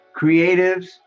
Creatives